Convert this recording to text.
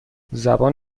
زبان